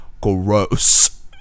gross